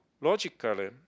logically